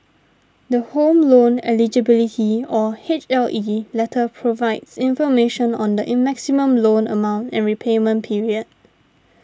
the Home Loan Eligibility or H L E letter provides information on the in maximum loan amount and repayment period